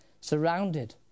surrounded